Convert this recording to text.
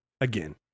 Again